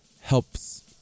helps